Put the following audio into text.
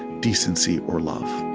decency, or love